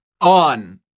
on